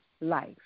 life